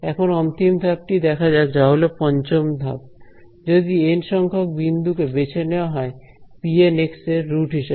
এখন অন্তিম ধাপটি দেখা যাক যা হলো পঞ্চম ধাপ যদি এন সংখ্যক বিন্দুকে বেছে নেওয়া হয় pN এর রুট হিসাবে